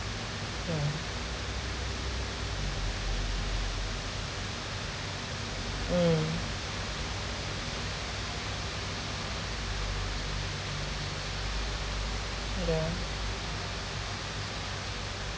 yeah mm yeah